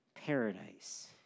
paradise